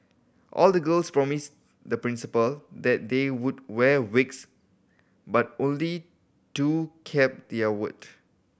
all the girls promised the Principal that they would wear wigs but only two kept their word